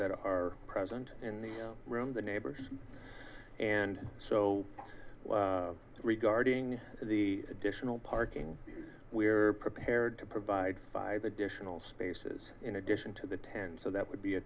that are present in the room the neighbors and so regarding the additional parking we are prepared to provide five additional spaces in addition to the ten so that would be a